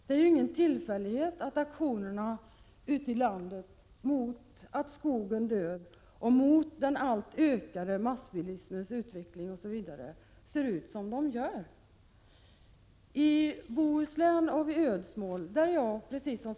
Det är ingen tillfällighet att aktionerna ute i landet mot att skogen dör och mot den alltmer ökande massbilismens utveckling ser ut som de gör. Ödsmål ligger i Bohuslän, och jag har varit där.